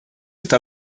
está